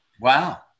Wow